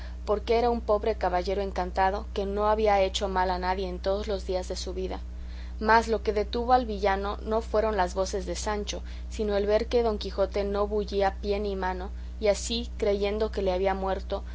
porque era un pobre caballero encantado que no había hecho mal a nadie en todos los días de su vida mas lo que detuvo al villano no fueron las voces de sancho sino el ver que don quijote no bullía pie ni mano y así creyendo que le había muerto